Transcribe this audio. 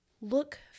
look